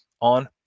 on